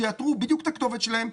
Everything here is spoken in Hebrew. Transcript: שיאתרו בדיוק את הכתובת שלהם,